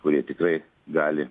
kurie tikrai gali